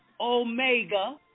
Omega